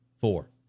four